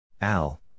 Al